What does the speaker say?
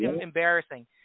embarrassing